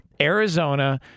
Arizona